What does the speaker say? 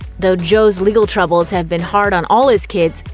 though joe's legal troubles have been hard on all his kids,